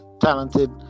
talented